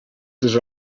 też